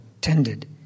tended